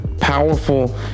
Powerful